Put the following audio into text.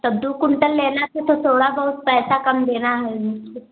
तब दू क्वुँटल लेना था तो थोड़ा बहुत पैसा कम देना है मुझको